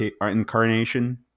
incarnation